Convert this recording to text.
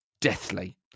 Deathly